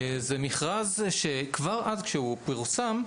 זה מכרז שכבר אז כשהוא פורסם,